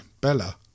Bella